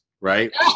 Right